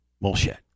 Bullshit